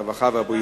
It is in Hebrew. הרווחה והבריאות.